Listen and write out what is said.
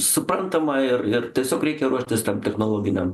suprantama ir ir tiesiog reikia ruoštis tam technologiniam